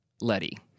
Letty